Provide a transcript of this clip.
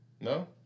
No